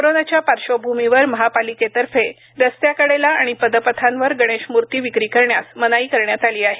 कोरोनाच्या पार्श्वभूमीवर महापालिकेतर्फे रस्त्याकडेला आणि पदपथांवर गणेश मूर्ती विक्री करण्यास मनाई करण्यात आली आहे